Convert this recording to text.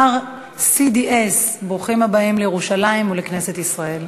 RCDS. ברוכים הבאים לירושלים ולכנסת ישראל.